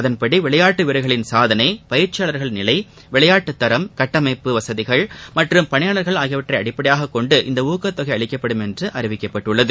அதன்படி விளையாட்டு வீரர்களின் சாதனை பயிற்சியாளர்கள் நிலை விளையாட்டுத் தரம் கட்டமைப்பு வசதிகள் மற்றும் பணியாளர்கள் ஆகியவற்றை அடிப்படையாக கொண்டு இந்த ஊக்கத்தொகை அளிக்கப்படும் என்று அறிவிக்கப்பட்டுள்ளது